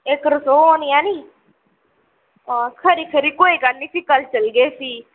इक रसोऽ होनी ऐ निं हां खरी खरी कोई गल्ल निं फ्ही कल्ल चलगे फ्ही